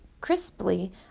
crisply